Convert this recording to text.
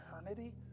eternity